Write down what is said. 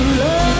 love